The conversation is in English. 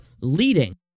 leading